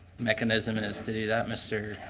mechanism in a study that mr.